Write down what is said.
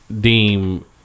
deem